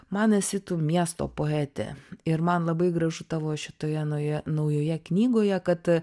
man esi tu miesto poetė ir man labai gražu tavo šitoje naujoje naujoje knygoje kad